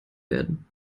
werden